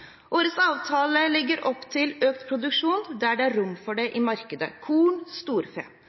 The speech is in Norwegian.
Årets avtale legger opp til økt produksjon der det er rom for det i markedet: korn og storfe.